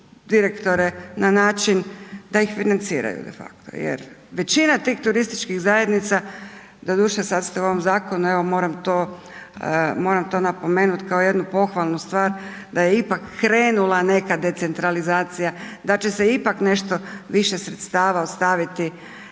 na način da ih financiraju defakto jer većina tih turističkih zajednica, doduše sad ste u ovom zakonu, evo moram to, moram to napomenut kao jednu pohvalnu stvar, da je ipak krenula neka decentralizacija, da će se ipak nešto više sredstava ostaviti